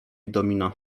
domina